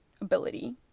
ability